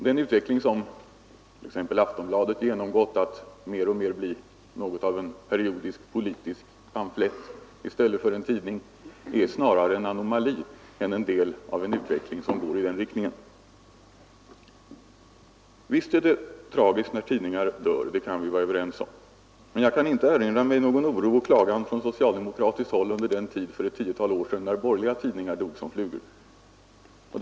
Den förskjutning som t.ex. Aftonbladet undergått mot att mer och mer bli något av en periodisk politisk pamflett i stället för en tidning är snarare en anomali än en del av en utveckling i den riktningen. Visst är det tragiskt när tidningar dör, det kan vi vara överens om. Men jag kan inte erinra mig någon oro och klagan från socialdemokratiskt håll under den tid för ett tiotal år sedan när borgerliga tidningar dog som flugor.